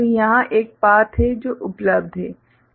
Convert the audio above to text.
तो यहाँ एक पाथ है जो उपलब्ध है